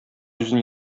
үзен